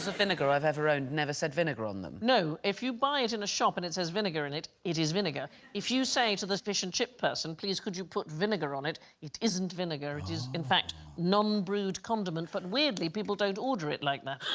vinegar i've ever owned never said vinegar on them no, if you buy it in a shop, and it says vinegar in it it is vinegar. if you say to this fish and chip person, please could you put vinegar on it? it isn't vinegar it is in fact non-brewed condiment, but weirdly people don't order it like that